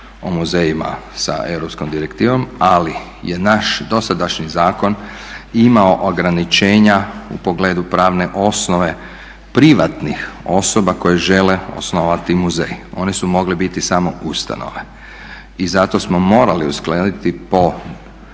o muzejima sa europskom direktivom, ali je naš dosadašnji zakon imao ograničenja u pogledu pravne osnove privatnih osoba koje žele osnovati muzej. One su mogle biti samo ustanove i zato smo morali uskladiti po